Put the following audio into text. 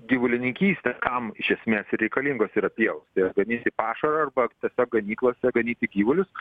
gyvulininkystės kam iš esmės ir reikalingos yra pievos tai jas vadinsi į pašarą arba tiesiog ganyklose ganyti gyvulius